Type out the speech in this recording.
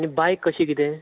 आनी बाय्क कशी कितें